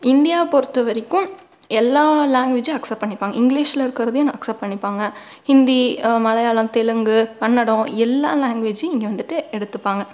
இந்தியாவை பொறுத்தவரைக்கும் எல்லா லேங்குவேஜும் அக்சப்ட் பண்ணிப்பாங்க இங்கிலீஸில் இருக்குறதையும் அக்சப்ட் பண்ணிப்பாங்க ஹிந்தி மலையாளம் தெலுங்கு கன்னடம் எல்லா லேங்குவேஜூம் இங்கே வந்துவிட்டு எடுத்துப்பாங்க